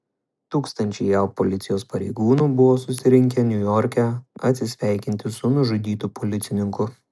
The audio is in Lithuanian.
tūkstančiai jav policijos pareigūnų buvo susirinkę niujorke atsisveikinti su nužudytu policininku